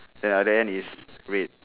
ya then is red